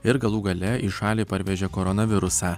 ir galų gale į šalį parvežė koronavirusą